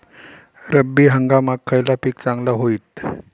रब्बी हंगामाक खयला पीक चांगला होईत?